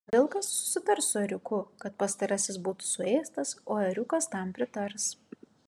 vilkas susitars su ėriuku kad pastarasis būtų suėstas o ėriukas tam pritars